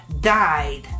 died